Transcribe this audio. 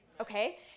okay